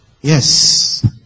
Yes